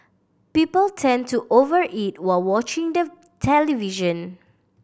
people tend to over eat while watching the television